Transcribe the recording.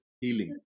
healing